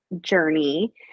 journey